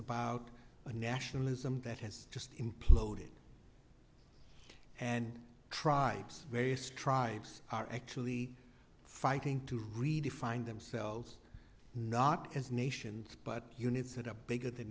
about a nationalism that has just imploded and tribes various tribes are actually fighting to redefine themselves not as nations but units at a bigger than